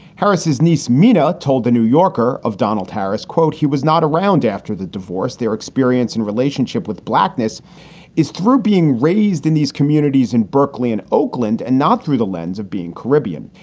harris's niece, mina, told the new yorker of donald harris, quote, he was not around after the divorce. their experience and relationship with blackness is through being raised in these communities in berkeley and oakland and not through the lens of being caribbean.